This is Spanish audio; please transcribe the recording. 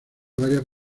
varias